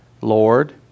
Lord